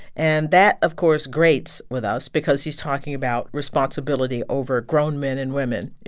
and that, of course, grates with us because he's talking about responsibility over grown men and women, you